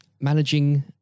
managing